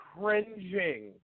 cringing